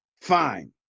fine